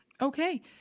okay